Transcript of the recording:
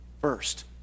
first